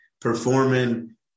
performing